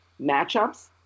matchups